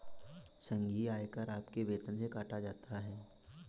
संघीय आयकर आपके वेतन से काटा जाता हैं